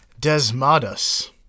Desmodus